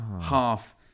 half